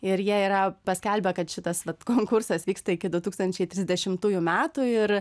ir jie yra paskelbę kad šitas vat konkursas vyksta iki du tūkstančiai trisdešimtųjų metų ir